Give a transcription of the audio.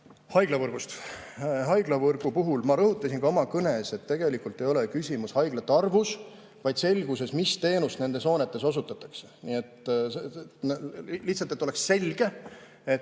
Haiglavõrgust. Haiglavõrgu puhul ma rõhutasin ka oma kõnes, et tegelikult ei ole küsimus haiglate arvus, vaid selguses, mis teenust nendes hoonetes osutatakse. Lihtsalt, et oleks selge.